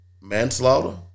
manslaughter